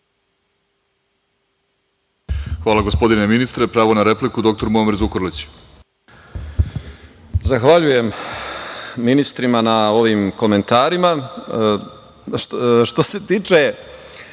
Hvala, gospodine ministre. Pravo na repliku, dr Muamer Zukorlić.